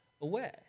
away